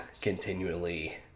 continually